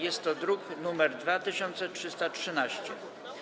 Jest to druk nr 2313.